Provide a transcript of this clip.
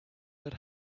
that